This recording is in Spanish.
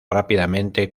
rápidamente